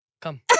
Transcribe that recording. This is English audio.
Come